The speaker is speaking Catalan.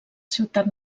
ciutat